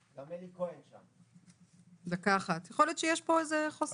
משום שכל הקשר שלי עם הארגון שמייצג אותי כביכול היה לתבוע אותי.